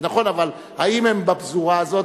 זה נכון, אבל האם הם בפזורה הזאת?